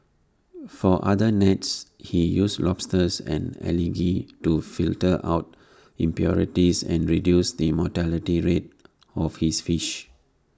for other nets he uses lobsters and algae to filter out impurities and reduce the mortality rates of his fish